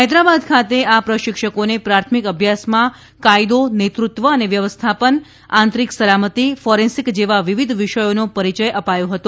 હૈદરાબાદ ખાતે આ પ્રશિક્ષકોને પ્રાથમિક અભ્યાસમાં કાયદો નેતૃત્વ અને વ્યવસ્થાપન આંતરીક સલામતિ ફોરેન્સીક જેવા વિવિધ વિષયોનો પરિચય અપાયો હતો